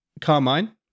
Carmine